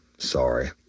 Sorry